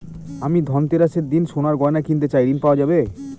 আমি ধনতেরাসের দিন সোনার গয়না কিনতে চাই ঝণ পাওয়া যাবে?